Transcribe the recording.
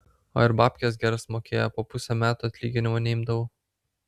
o ir babkes geras mokėjo po pusę metų atlyginimo neimdavau